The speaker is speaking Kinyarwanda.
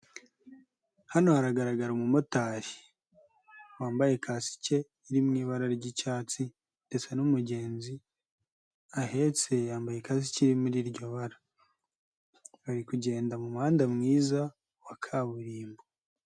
Hano haragaragara umumotari wambaye kasike iri mu ibara ry'icyatsi, ndetse n'umugenzi ahetse yambaye kasike iri muri iryo bara, bari kugenda mu muhanda mwiza wa kaburimbo.